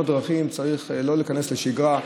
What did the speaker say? בתאונות הדרכים, צריך לא להיכנס לשגרה,